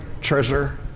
treasure